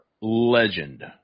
legend